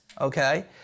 okay